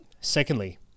secondly